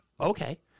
Okay